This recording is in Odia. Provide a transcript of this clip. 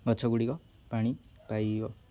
ଗଛ ଗୁଡ଼ିକ ପାଣି ପାଇଯିବ